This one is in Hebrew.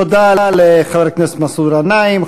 תודה לחבר הכנסת מסעוד גנאים.